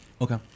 Okay